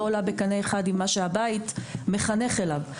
עולה בקנה אחד עם מה שהבית מחנך אליו.